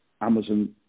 Amazon